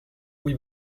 oui